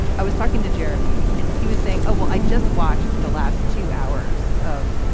i was talking to jeremy and he was saying, oh, well, i just watched the last two hours of,